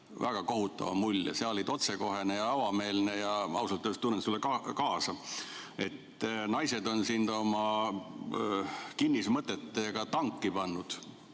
väga kohutava mulje. Sa olid otsekohene ja avameelne. Ausalt öeldes tunnen sulle kaasa, naised on sind oma kinnismõtetega tanki pannud.